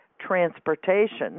transportation